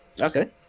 Okay